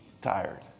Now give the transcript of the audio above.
tired